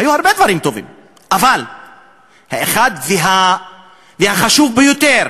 היו הרבה טובים, אבל האחד והחשוב ביותר